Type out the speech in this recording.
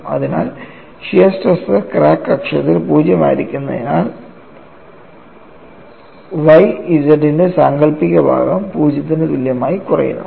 അതിനാൽ shear stress crack അക്ഷത്തിൽ 0 ആയിരിക്കുന്നതിനാൽ Y z ന്റെ സാങ്കൽപ്പിക ഭാഗം0 ന് തുല്യമായി കുറയുന്നു